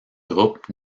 groupes